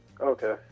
Okay